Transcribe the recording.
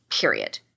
period